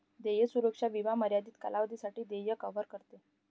देय सुरक्षा विमा मर्यादित कालावधीसाठी देय कव्हर करते